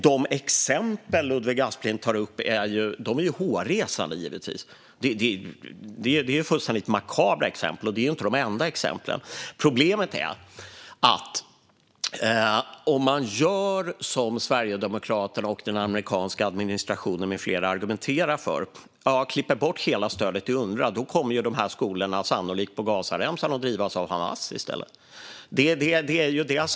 De exempel som Ludvig Aspling tar upp är givetvis hårresande. Det är fullständigt makabra exempel, och de är inte heller de enda. Problemet är att om man gör som Sverigedemokraterna och den amerikanska administrationen med flera argumenterar för och klipper bort hela stödet till Unrwa kommer de här skolorna på Gazaremsan sannolikt att drivas av Hamas i stället.